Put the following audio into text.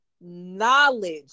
knowledge